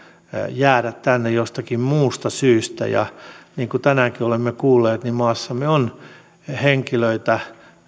jäädä tänne jostakin muusta syystä ja niin kuin tänäänkin olemme kuulleet maassamme on henkilöitä